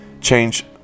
change